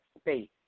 space